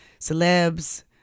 celebs